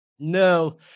No